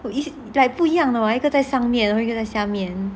it's like 不一样的 [what] 一个在上面一个在下面